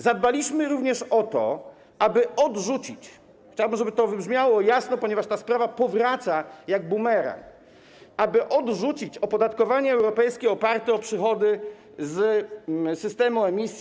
Zadbaliśmy również o to - chciałbym, żeby to wybrzmiało jasno, ponieważ ta sprawa powraca jak bumerang - aby odrzucić opodatkowanie europejskie oparte o przychody z systemu emisji